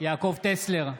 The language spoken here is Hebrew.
יעקב טסלר,